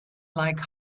like